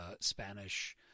Spanish